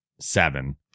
seven